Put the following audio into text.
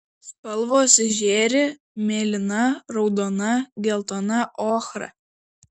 spalvos žėri mėlyna raudona geltona ochra